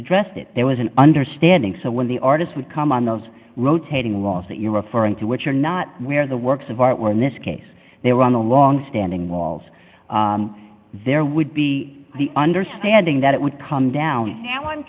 addressed it there was an understanding so when the artist would come on those rotating laws that you're referring to which are not where the works of art were in this case they were on a long standing walls there would be the understanding that it would come down